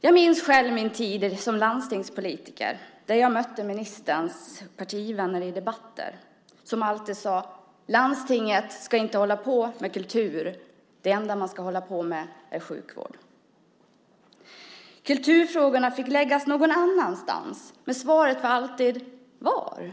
Jag minns själv min tid som landstingspolitiker. I debatter mötte jag ministerns partivänner som alltid sade: Landstinget ska inte hålla på med kultur. Det enda man ska hålla på med är sjukvård. Kulturfrågorna fick läggas någon annanstans. Men frågan var alltid: Var?